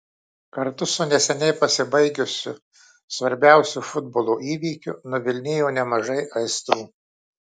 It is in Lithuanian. kartu su neseniai pasibaigusiu svarbiausiu futbolo įvykiu nuvilnijo nemažai aistrų